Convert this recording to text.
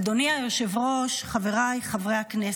אדוני היושב-ראש, חבריי חברי הכנסת,